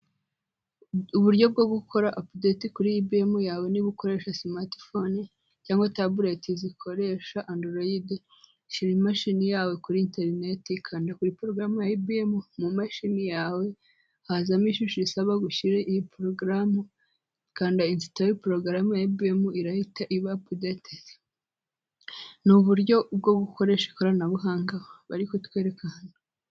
Uburyo bwo gukora apudeti kuri IBM yawe niba ukoresha simate fone cyangwa taburete zikoresha andoroyide, shyira imashini yawe kuri internet kanda kuri porogaramu ya IBM mu mashini yawe hazamo ishusho isaba gushyira iyi porogaramu kanda insitare porogaramu ya IBM irahita iba apudetedi. Ni uburyo bwo gukoresha ikoranabuhanga bari kutwek aha.